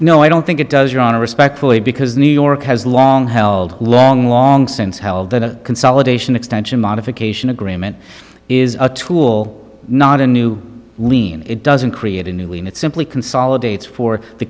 no i don't think it does your honor respectfully because new york has long held long long since held that a consolidation extension modification agreement is a tool not a new lien it doesn't create a new lien it simply consolidates for the